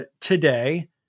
today